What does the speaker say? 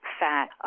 fat